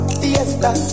fiesta